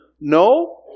no